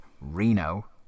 Reno